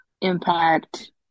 Impact